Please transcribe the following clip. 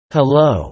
Hello